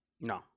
No